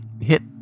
hit